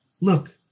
look